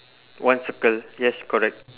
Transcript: one circle yes correct